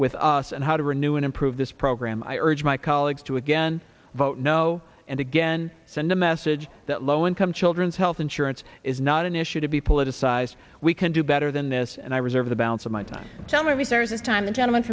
with us and how to renew and improve this program i urge my colleagues to again vote no and again send a message that low income children's health insurance is not an issue to be politicized we can do better than this and i reserve the balance of my time tell me sir is it time the gentleman